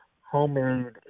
homemade